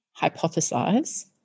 hypothesize